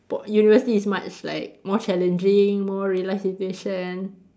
Po~ university is much like more challenging more real life situation